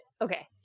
okay